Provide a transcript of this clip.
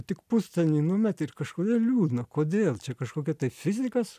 tik pustonį numeti ir kažkodėl liūdna kodėl čia kažkokia fizikas